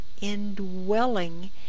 indwelling